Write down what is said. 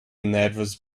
nervous